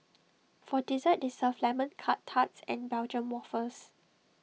for dessert they serve lemon Curt tarts and Belgium Waffles